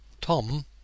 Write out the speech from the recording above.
Tom